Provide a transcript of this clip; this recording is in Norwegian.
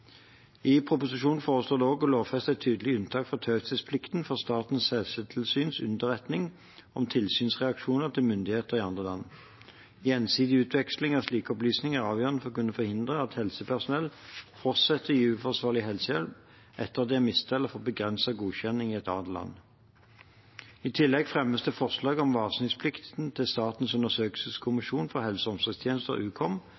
I proposisjonen foreslås det også å lovfeste et tydelig unntak fra taushetsplikten for Statens helsetilsyns underretning om tilsynsreaksjoner til myndigheter i andre land. Gjensidig utveksling av slike opplysninger er avgjørende for å kunne forhindre at helsepersonell fortsetter å gi uforsvarlig helsehjelp etter at de har mistet eller fått begrenset godkjenning i et annet land. I tillegg fremmes det forslag om at varslingsplikten til Statens